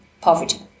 poverty